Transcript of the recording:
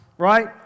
right